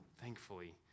thankfully